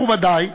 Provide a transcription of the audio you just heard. מכובדי,